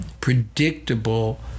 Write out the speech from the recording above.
predictable